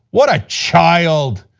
what a child.